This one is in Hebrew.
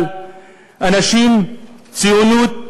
אבל אנשים, ציונות,